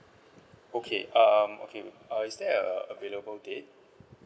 okay um okay err is there err available date